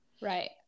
Right